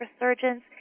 resurgence